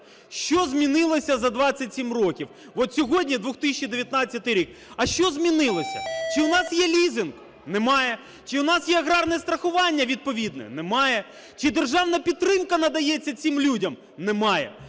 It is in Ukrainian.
Що змінилося за 27 років? От сьогодні 2019 рік, а що змінилося? Чи у нас є лізинг? Немає. Чи у нас є аграрне страхування відповідне? Немає. Чи державна підтримка надається цим людям? Немає.